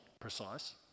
precise